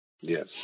Yes